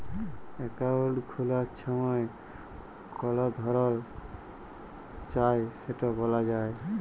account খুলার ছময় call ধরল চায় সেট ব্যলা যায়